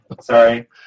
Sorry